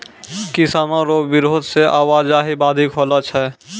किसानो रो बिरोध से आवाजाही बाधित होलो छै